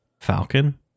Falcon